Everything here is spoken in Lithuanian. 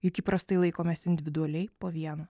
juk įprastai laikomės individualiai po vieną